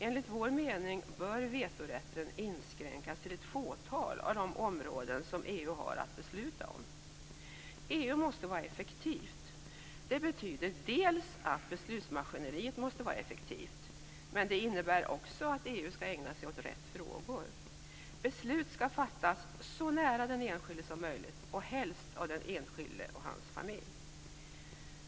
Enligt vår mening bör vetorätten inskränkas till ett fåtal av de områden som EU har att besluta om. EU måste vara effektivt. Det betyder att beslutsmaskineriet måste vara effektivt men också att EU skall ägna sig åt rätt frågor. Beslut skall fattas så nära den enskilde som möjligt och helst av den enskilde och hans familj.